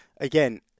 again